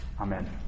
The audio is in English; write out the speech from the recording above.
Amen